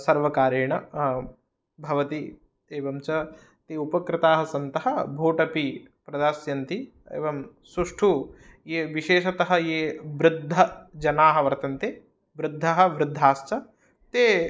सर्वकारेण भवति एवं च ते उपकृताः सन्तः भोट् अपि प्रदास्यन्ति एवं सुष्ठुः ये विशेषतः ये वृद्धजनाः वर्तन्ते वृद्धः वृद्धाश्च ते